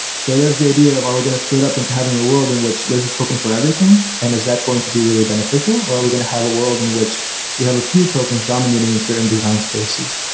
so there's the idea of are we going to split up into having a world in which there's a token for everything and is that going to be really beneficial, or are we going to have a world in which we have a few tokens dominating in certain design spaces?